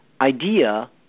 idea